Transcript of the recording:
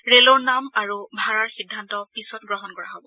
ৰে'লৰ নাম আৰু ভাড়াৰ সিদ্ধাান্ত পিছত গ্ৰহণ কৰা হ'ব